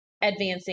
advancing